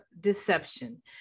deception